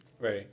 Right